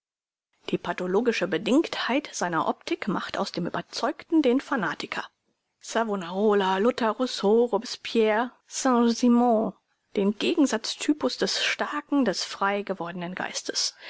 die pathologische bedingtheit seiner optik macht aus dem überzeugten den fanatiker savonarola luther rousseau robespierre saint simon den gegensatz typus des starken des freigewordnen geistes